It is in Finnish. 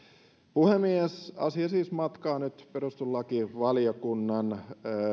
puhemies asia siis matkaa nyt perustuslakivaliokunnan